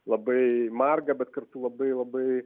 labai margą bet kartu labai labai